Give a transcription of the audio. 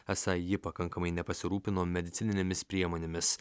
esą ji pakankamai nepasirūpino medicininėmis priemonėmis